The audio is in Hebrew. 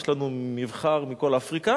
יש לנו מבחר מכל אפריקה,